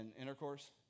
intercourse